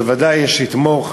ודאי שאתמוך,